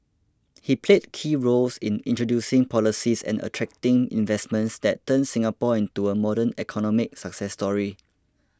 he played key roles in introducing policies and attracting investments that turned Singapore into a modern economic success story